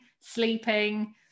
sleeping